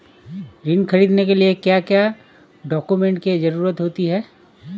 ऋण ख़रीदने के लिए क्या क्या डॉक्यूमेंट की ज़रुरत होती है?